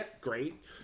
great